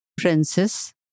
princess